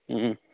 ও